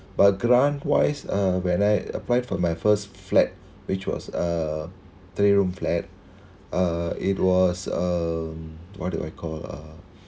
but grant wise uh when I applied for my first flat which was a three room flat uh it was uh what do I call uh